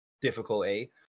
difficulty